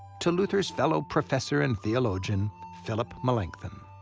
to luther's fellow professor and theologian, philip melanchthon.